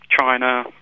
China